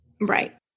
Right